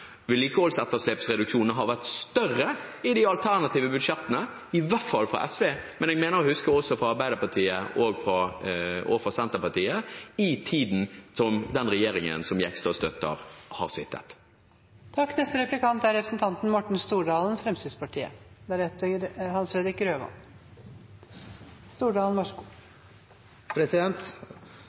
Vedlikeholdsetterslepsreduksjonene har vært større i de alternative budsjettene – i hvert fall fra SV, men jeg mener å huske også fra Arbeiderpartiet og fra Senterpartiet, i tiden som den regjeringen som Jegstad støtter, har sittet. Representanten Heikki Eidsvoll Holmås er veldig engasjert når han snakker om jernbane, og det er jo bra. Men jeg har